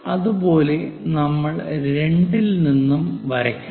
അതുപോലെ നമ്മൾ 2 ഇൽ നിന്നും വരയ്ക്കണം